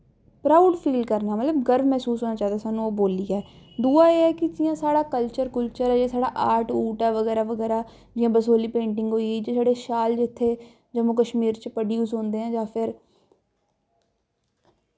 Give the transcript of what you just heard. proud feel करना मतलब गर्व मसूस होना चाहिदा सानूं ओह् बोलियै दूआ एह् ऐ कि जि'यां साढ़ा कल्चर कुल्चर जि'यां साढ़ा आर्ट ऊट ऐ बगैरा बगैरा जि'यां बसोली पेंटिंग होई गेई जि'यां साढ़े शैल जित्थै जम्मू कश्मीर च प्रोड्यूस होंदे ऐ जां